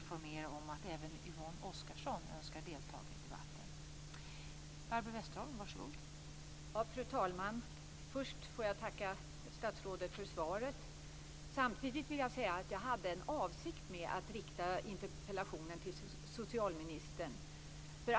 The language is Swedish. Fru talman! Först får jag tacka statsrådet för svaret. Samtidigt vill jag säga att jag hade en avsikt med att rikta interpellationen till socialministern.